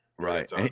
Right